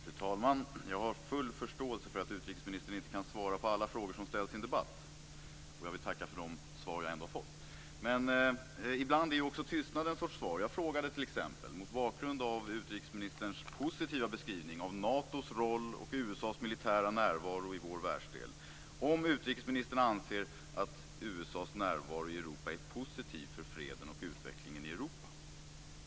Fru talman! Jag har full förståelse för att utrikesministern inte kan svara på alla frågor som ställs i en debatt. Jag vill tacka för de svar jag ändå har fått. Men ibland är också tystnaden ett sorts svar. Jag frågade t.ex., mot bakgrund av utrikesministerns positiva beskrivning av Natos roll och USA:s militära närvaro i vår världsdel, om utrikesministern anser att USA:s närvaro i Europa är positiv för freden och utvecklingen i Europa.